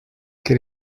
quel